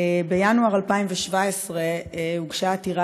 בינואר 2017 הוגשה עתירה